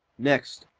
next,